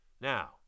Now